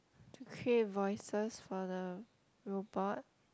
to create voices for the robot